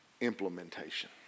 implementation